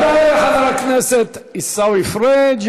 תודה, אדוני, תודה לחבר הכנסת עיסאווי פריג'.